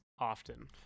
often